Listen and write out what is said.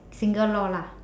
single law lah